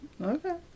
Okay